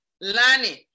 learning